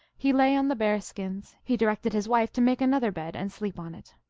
he lay on the bear-skins he directed his wife to make an other bed and sleep on it.